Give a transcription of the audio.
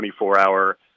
24-hour